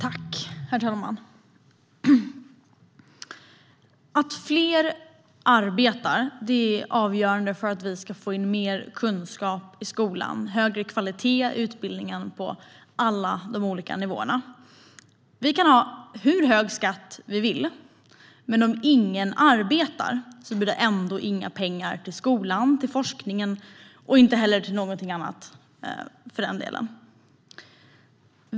Herr talman! Att fler arbetar är avgörande för att vi ska få in mer kunskap i skolan och högre kvalitet i utbildningen på alla olika nivåer. Vi kan ha hur hög skatt vi vill, men om ingen arbetar blir det ändå inga pengar till skolan, forskningen eller till någonting annat för den delen.